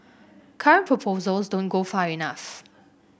current proposals don't go far enough